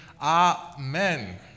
amen